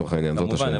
כמובן.